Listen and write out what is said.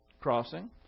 crossing